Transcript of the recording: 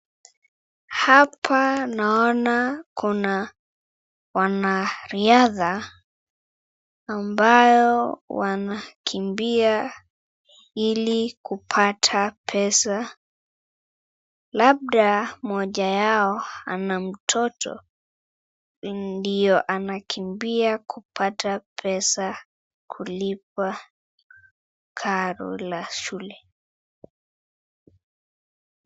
Hapa naona kuna wanariadha ambao wanakimbia ili kupata pesa. Labda mmoja wao ana mtoto ndiyo anakimbia kupata pesa kulipia karo la shule.